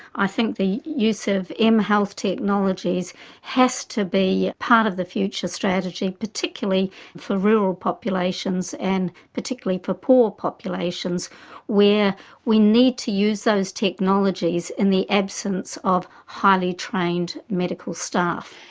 i think the use of m-health technologies has to be part of the future strategy, particularly for rural populations and particularly for poor populations where we need to use those technologies in the absence of highly trained medical staff.